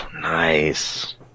Nice